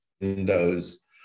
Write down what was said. windows